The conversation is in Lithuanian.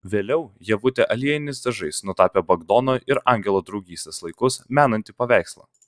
vėliau ievutė aliejiniais dažais nutapė bagdono ir angelo draugystės laikus menantį paveikslą